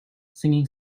singing